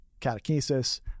catechesis